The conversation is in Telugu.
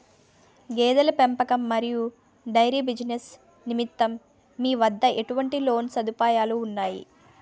గేదెల పెంపకం మరియు డైరీ బిజినెస్ నిమిత్తం మీ వద్ద ఎటువంటి లోన్ సదుపాయాలు ఉన్నాయి?